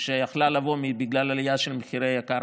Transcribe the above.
שיכלו לבוא בגלל עלייה של מחירי הקרקע,